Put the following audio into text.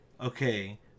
okay